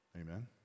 Amen